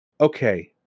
Okay